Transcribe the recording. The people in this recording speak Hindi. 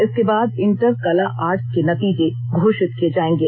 इसके बाद इंटर कला आर्ट्स के नतीजे घोषित किए जाएंगे